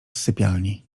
sypialni